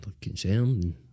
concerned